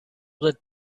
that